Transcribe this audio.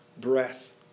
breath